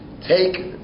take